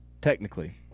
Technically